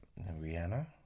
Rihanna